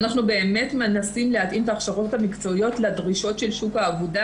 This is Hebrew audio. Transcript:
אנחנו באמת מנסים להתאים את ההכשרות המקצועיות לדרישות של שוק העבודה.